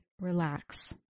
relax